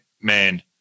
man